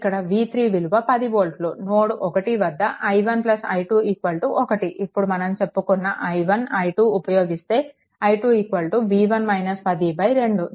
ఇక్కడ v3 విలువ 10 వోల్ట్లు నోడ్ 1 వద్ద i1 i2 1 ఇప్పుడు మనం చెప్పుకున్న i1 i2 ఉపయోగిస్తే i2 v1 - 10 2